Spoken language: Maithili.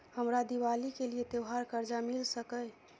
हमरा दिवाली के लिये त्योहार कर्जा मिल सकय?